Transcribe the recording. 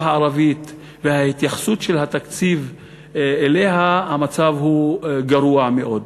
הערבית וההתייחסות של התקציב אליה המצב הוא גרוע מאוד.